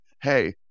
hey